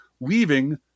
leaving